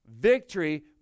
Victory